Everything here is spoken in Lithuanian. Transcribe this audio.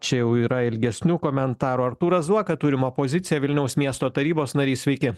čia jau yra ilgesnių komentarų artūrą zuoką turim opozicija vilniaus miesto tarybos narys sveiki